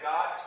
God